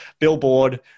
billboard